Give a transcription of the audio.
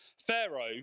Pharaoh